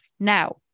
Now